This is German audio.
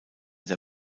der